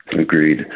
Agreed